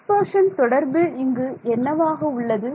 dispersion தொடர்பு இங்கு என்னவாக உள்ளது